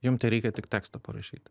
jum tereikia tik tekstą parašyti